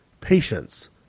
patience